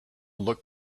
look